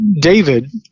David